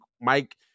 Mike